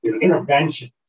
interventions